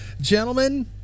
Gentlemen